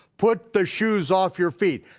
put the shoes off your feet,